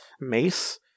mace